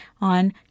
on